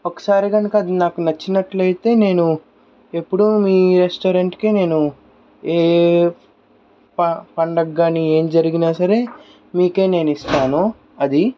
ఒకసారి గనక అది నాకు నచ్చినట్టు ఐతే నేను ఎప్పుడు మీ రెస్టారెంట్ కే నేను ఏఏ ప పండగ గాని ఏం జరిగినా సరే మీకే నేను ఇస్తాను అది